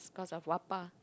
cause of Wappa